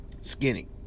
skinny